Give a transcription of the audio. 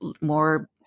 more